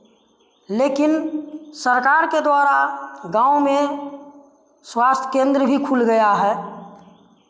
लेकिन सरकार के द्वारा गाँव में स्वास्थ्य केंद्र भी खुल गया है